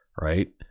right